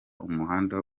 umuhanda